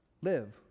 live